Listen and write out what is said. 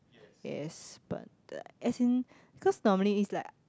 yes but uh as in cause normally it's like